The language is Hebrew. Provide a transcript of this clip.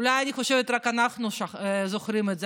אולי, אני חושבת, רק אנחנו זוכרים את זה.